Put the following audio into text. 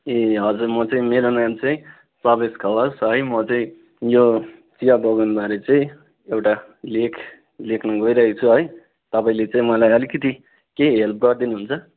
ए हजुर म चाहिँ मेरो नाम चाहिँ प्रवेश खवास है म चाहिँ यो चिया बगानबारे चाहिँ एउटा लेख लेख्नु गइरहेछु है तपाईँले चाहिँ मलाई अलिकति केही हेल्प गरिदिनुहुन्छ